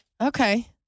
Okay